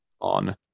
on